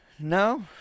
No